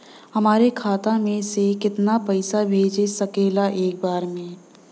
हमरे खाता में से कितना पईसा भेज सकेला एक बार में?